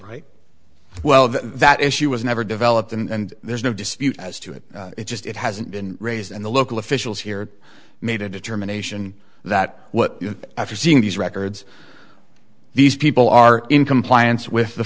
right well that issue was never developed and there's no dispute as to it it just it hasn't been raised and the local officials here made a determination that what after seeing these records these people are in compliance with the